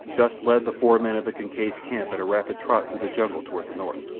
gust led the four men of the kincaid's camp at a rapid trot through the jungle toward the north.